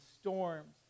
storms